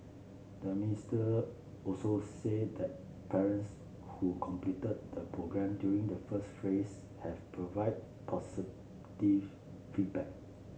the mister also said that parents who completed the programme during the first phrase have provide positive feedback